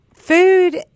food